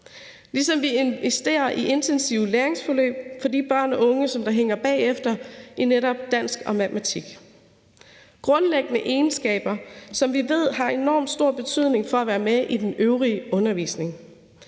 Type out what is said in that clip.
Samtidig investerer vi i intensive læringsforløb for de børn og unge, som hænger bagefter i netop dansk og matematik. Det er grundlæggende egenskaber, som vi ved har enormt stor betydning for at være med i den øvrige undervisning.